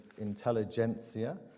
intelligentsia